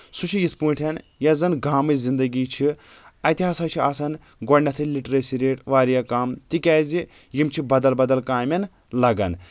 سُہ چھُ یِتھ پٲٹھۍ یۄس زن گامٕچ زنٛدگی چھِ اَتہِ ہسا چھِ آسان گۄڈٕنؠتھٕے لِٹریٚسی ریٹ واریاہ کَم تِکیازِ یِم چھِ بدل بدل کامؠن لگان